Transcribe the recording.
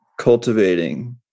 cultivating